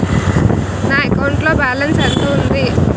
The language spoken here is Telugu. నా అకౌంట్ లో బాలన్స్ ఎంత ఉంది?